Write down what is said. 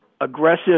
aggressive